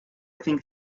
think